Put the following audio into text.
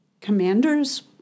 commanders